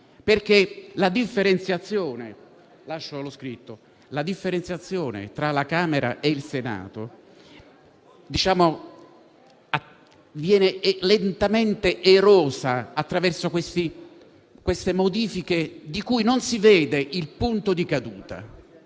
La differenziazione tra la Camera e il Senato viene lentamente erosa attraverso queste modifiche di cui non si vede il punto di caduta,